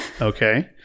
Okay